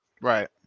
Right